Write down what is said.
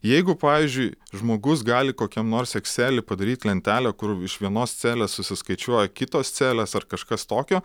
jeigu pavyzdžiui žmogus gali kokiam nors eksely padaryti lentelę kur iš vienos celės susiskaičiuoja kitos celės ar kažkas tokio